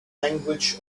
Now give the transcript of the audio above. language